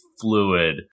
fluid